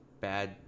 bad